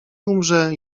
umrze